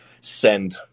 send